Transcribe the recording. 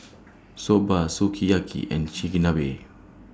Soba Sukiyaki and Chigenabe